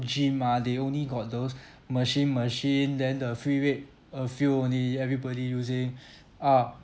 gym mah they only got those machine machine then the free weight a few only every body using ah